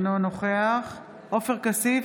אינו נוכח עופר כסיף,